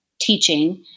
teaching